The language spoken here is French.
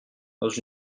dans